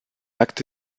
acte